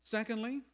Secondly